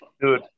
Dude